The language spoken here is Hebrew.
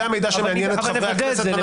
זה המידע שמעניין את חברי הכנסת.